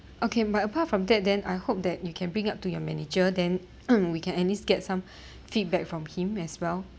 okay but apart from that then I hope that you can bring up to your manager then we can at least get some feedback from him as well